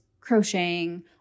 crocheting